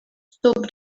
stóp